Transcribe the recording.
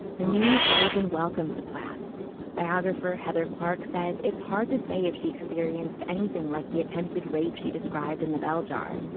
the news might have been welcome to plath biographer heather clark says. it's hard to say if she experienced anything like the attempted rape she described in the bell jar.